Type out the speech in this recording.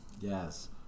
Yes